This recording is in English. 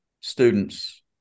students